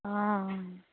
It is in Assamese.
অঁ অঁ